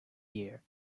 year